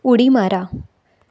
उडी मारा